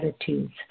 attitudes